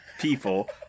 people